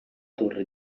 torre